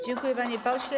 Dziękuję, panie pośle.